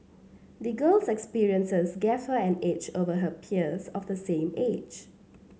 the girl's experiences gave her an edge over her peers of the same age